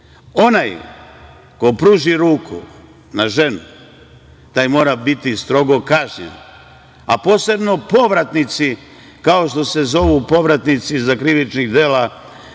Onaj ko pruži ruku na ženu, taj mora biti strogo kažnjen, a posebno povratnici, kao što se zovu povratnici za krivična dela